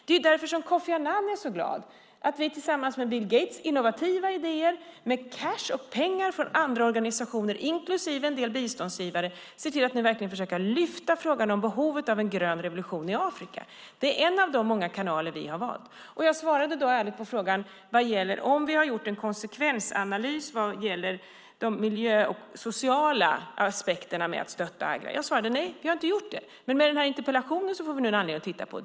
Det är därför som Kofi Annan är så glad att vi tillsammans med Bill Gates innovativa idéer med pengar från andra organisationer inklusive en del biståndsgivare ser till att nu verkligen försöka lyfta fram behovet av en grön revolution i Afrika. Det är en av de många kanaler vi har valt. Jag svarade ärligt på frågan om huruvida vi har gjort en konsekvensanalys vad gäller miljöaspekterna och de sociala aspekterna med att stötta Agra. Jag svarade: Nej, vi har inte gjort det. Men i och med interpellationen får vi nu en anledning att titta på detta.